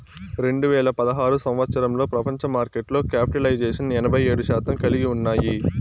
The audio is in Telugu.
రెండు వేల పదహారు సంవచ్చరంలో ప్రపంచ మార్కెట్లో క్యాపిటలైజేషన్ ఎనభై ఏడు శాతం కలిగి ఉన్నాయి